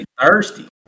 thirsty